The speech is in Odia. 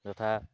ଯଥା